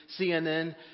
CNN